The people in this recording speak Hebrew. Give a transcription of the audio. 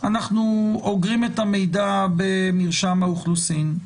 אנחנו אוגרים את המידע במרשם האוכלוסין,